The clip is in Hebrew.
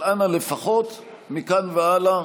אבל, אנא, לפחות מכאן והלאה,